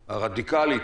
הרדיקלית,